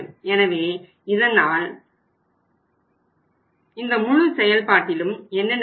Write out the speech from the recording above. எனவே இதனால் இந்த முழு செயல்பாட்டிலும் என்ன நடக்கும்